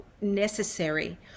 necessary